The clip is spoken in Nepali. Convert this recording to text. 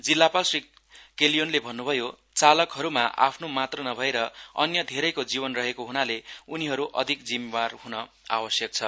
जिल्लापाल श्री केलियोनले भन्न्भयो चालकहरुमा आफ्नो मात्र नभएर अन्य धेरैको जीवन रहेको ह्नाले उनीहरु अधिक जिम्मेवार ह्न आवश्यक छ